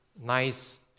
nice